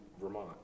Vermont